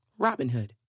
Robinhood